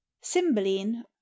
Cymbeline